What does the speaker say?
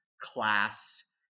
class